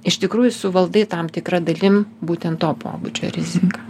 iš tikrųjų suvaldai tam tikra dalim būtent to pobūdžio riziką